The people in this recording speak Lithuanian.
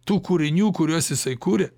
tų kūrinių kuriuos jisai kuria